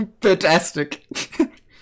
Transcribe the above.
Fantastic